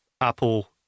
Apple